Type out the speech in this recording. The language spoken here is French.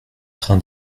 train